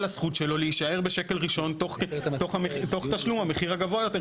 הזכות שלו להישאר בשקל ראשון תוך תשלום המחיר הגבוה יותר,